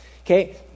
Okay